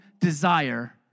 desire